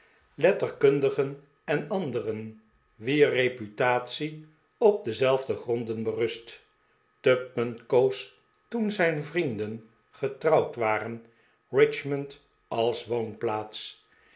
letterkundigen en anderen wier reputatie op dezelfde gronden berust tupman koos toen zijn vrienden getrouwd waren richmond als woonplaats